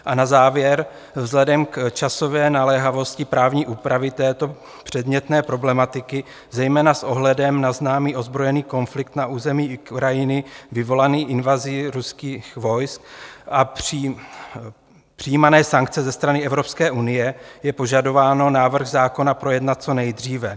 A na závěr: Vzhledem k časové naléhavosti právní úpravy této předmětné problematiky, zejména s ohledem na známý ozbrojený konflikt na území Ukrajiny vyvolaný invazí ruských vojsk a přijímané sankce ze strany Evropské unie, je požadováno návrh zákona projednat co nejdříve.